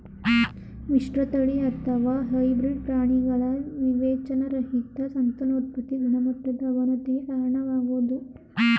ಮಿಶ್ರತಳಿ ಅಥವಾ ಹೈಬ್ರಿಡ್ ಪ್ರಾಣಿಗಳ ವಿವೇಚನಾರಹಿತ ಸಂತಾನೋತ್ಪತಿ ಗುಣಮಟ್ಟದ ಅವನತಿಗೆ ಕಾರಣವಾಗ್ಬೋದು